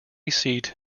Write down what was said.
seat